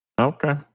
okay